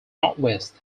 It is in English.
northwest